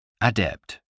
Adept